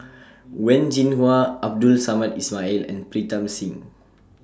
Wen Jinhua Abdul Samad Ismail and Pritam Singh